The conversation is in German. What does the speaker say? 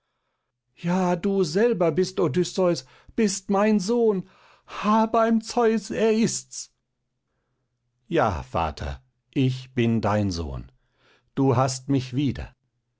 ja du selber bist odysseus bist mein sohn ha beim zeus er ist's ja vater ich bin dein sohn du hast mich wieder